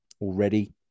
already